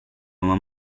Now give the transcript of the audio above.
oma